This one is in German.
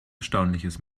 erstaunliches